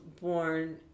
born